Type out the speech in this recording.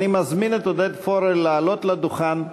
אני מזמין את עודד פורר לעלות לדוכן.